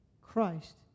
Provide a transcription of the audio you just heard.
Christ